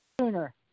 sooner